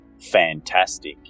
fantastic